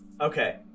Okay